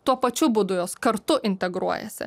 tuo pačiu būdu jos kartu integruojasi